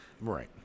Right